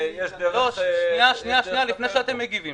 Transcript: --- שנייה, לפני שאתם מגיבים.